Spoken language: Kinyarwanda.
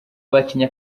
bacinye